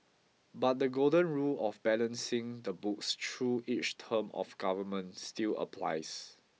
but the golden rule of balancing the books through each term of government still applies